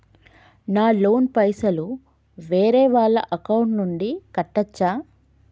నా లోన్ పైసలు వేరే వాళ్ల అకౌంట్ నుండి కట్టచ్చా?